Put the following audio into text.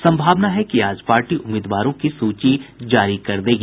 सम्भावना है कि आज पार्टी उम्मीदवारों की सूची जारी कर देगी